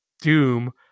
doom